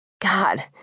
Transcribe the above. God